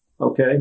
Okay